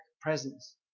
presence